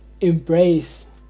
embrace